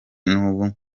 n’ubu